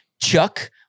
Chuck